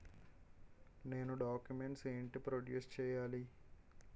నేను డాక్యుమెంట్స్ ఏంటి ప్రొడ్యూస్ చెయ్యాలి?